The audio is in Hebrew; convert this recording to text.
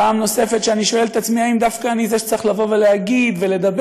פעם נוספת שאני שואל את עצמי אם דווקא אני זה שצריך לבוא ולהגיד ולדבר,